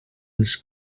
els